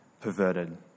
perverted